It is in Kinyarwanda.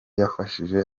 yafashije